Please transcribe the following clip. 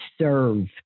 serve